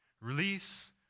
Release